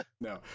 No